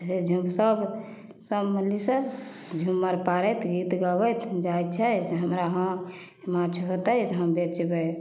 से सब सब मलहीसभ झुम्मरि पाड़ैत गीत गबैत जाइ छै से हमरा हँ माँछ हेतै से हम बेचबै